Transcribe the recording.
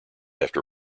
after